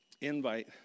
invite